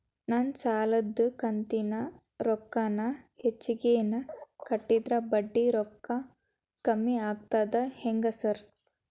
ನಾನ್ ಸಾಲದ ಕಂತಿನ ರೊಕ್ಕಾನ ಹೆಚ್ಚಿಗೆನೇ ಕಟ್ಟಿದ್ರ ಬಡ್ಡಿ ರೊಕ್ಕಾ ಕಮ್ಮಿ ಆಗ್ತದಾ ಹೆಂಗ್ ಸಾರ್?